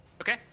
Okay